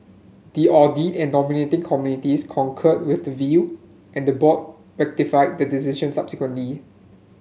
the audit and nominating committees concurred with the view and the board ratified the decision subsequently